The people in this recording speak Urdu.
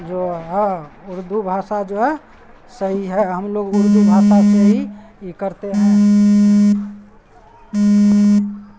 جو اردو بھاشا جو ہے صحیح ہے ہم لوگ اردو بھاشا سے ہی کرتے ہیں